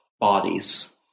bodies